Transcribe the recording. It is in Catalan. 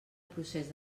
procés